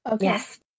yes